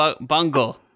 bungle